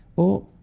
or,